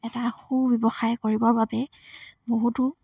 এটা সু ব্যৱসায় কৰিবৰ বাবে বহুতো